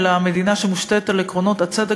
אלא מדינה שמושתתת על עקרונות הצדק,